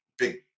big